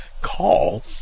call